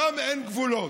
שם אין גבולות.